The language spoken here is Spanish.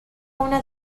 una